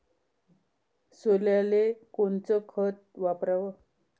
सोल्याले कोनचं खत वापराव?